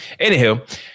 anywho